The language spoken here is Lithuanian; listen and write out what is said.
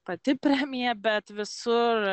pati premija bet visur